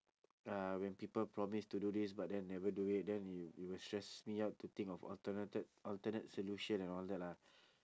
uh when people promise to do this but then never do it then it will stress me out to think of alternated alternate solution and all that lah